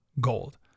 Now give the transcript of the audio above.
gold